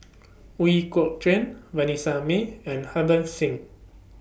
Ooi Kok Chuen Vanessa Mae and Harbans Singh